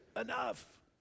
enough